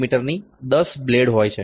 mini 10 blade હોય છે